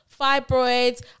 fibroids